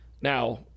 now